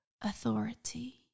authority